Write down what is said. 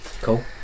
cool